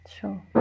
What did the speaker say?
Sure